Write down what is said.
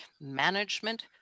management